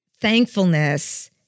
thankfulness